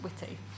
witty